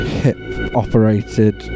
hip-operated